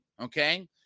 okay